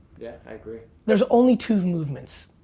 yeah i agree. there's only two movements,